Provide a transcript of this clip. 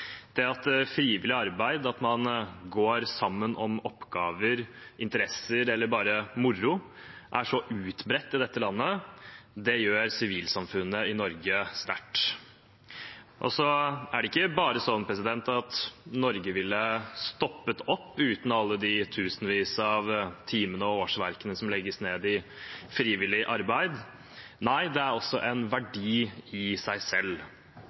Det at frivillig arbeid, at man går sammen om oppgaver, interesser eller bare moro, er så utbredt i dette landet, gjør sivilsamfunnet i Norge sterkt. Det er ikke bare sånn at Norge ville stoppet opp uten alle de tusenvis av timene og årsverkene som legges ned i frivillig arbeid, nei, det har også en verdi i seg selv.